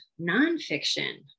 nonfiction